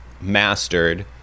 mastered